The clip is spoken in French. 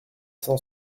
cent